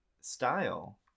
style